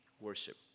worship